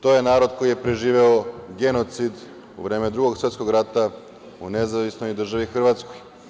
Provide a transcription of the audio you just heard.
To je narod koji je preživeo genocid u vreme Drugog svetskog rata u Nezavisnoj Državi Hrvatskoj.